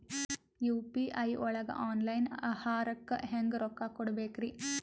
UPI ಒಳಗ online ಆಹಾರಕ್ಕೆ ಹೆಂಗ್ ರೊಕ್ಕ ಕೊಡಬೇಕ್ರಿ?